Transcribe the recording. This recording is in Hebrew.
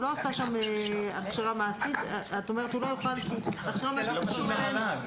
עשה שם הכשרה מעשית את אומרת שהוא לא יוכל -- זה לא קשור למל"ג.